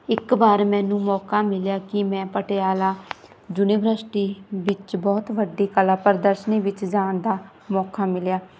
ਇੱਕ ਵਾਰ ਮੈਨੂੰ ਮੌਕਾ ਮਿਲਿਆ ਕਿ ਮੈਂ ਪਟਿਆਲਾ ਯੂਨੀਵਰਸਿਟੀ ਵਿੱਚ ਬਹੁਤ ਵੱਡੀ ਕਲਾ ਪ੍ਰਦਰਸ਼ਨੀ ਵਿੱਚ ਜਾਣ ਦਾ ਮੌਕਾ ਮਿਲਿਆ